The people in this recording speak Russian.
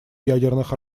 ядерных